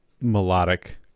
melodic